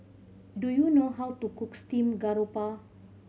do you know how to cook steamed garoupa